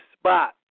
spot